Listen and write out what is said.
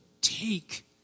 take